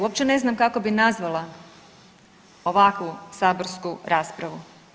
Uopće ne znam kako bi nazvala ovakvu saborsku raspravu.